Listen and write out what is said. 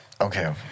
Okay